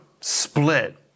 split